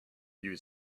you